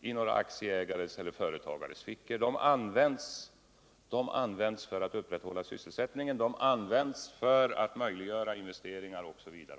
i några aktieägares eller företagares fickor. De används för att upprätthålla sysselsättningen, för att möjliggöra investeringar osv.